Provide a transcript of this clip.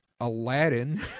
Aladdin